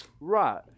Right